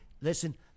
Listen